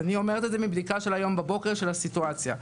אני אומרת את זה מבדיקה של הסיטואציה היום בבוקר.